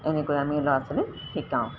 এনেকৈ আমি ল'ৰা ছোৱালীক শিকাওঁ